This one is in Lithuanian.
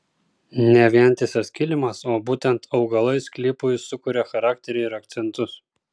ne vientisas kilimas o būtent augalai sklypui sukuria charakterį ir akcentus